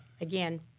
again